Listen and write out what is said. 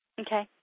Okay